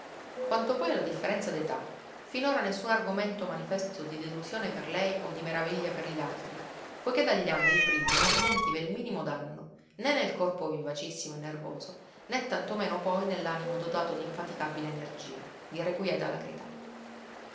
quanto poi alla differenza d'età finora nessun argomento manifesto di delusione per lei o di meraviglia per gli altri poiché dagli anni il brivio non risentiva il minimo danno né nel corpo vivacissimo e nervoso né tanto meno poi nell'animo dotato d'infaticabile energia d'irrequieta